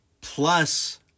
Plus